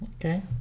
okay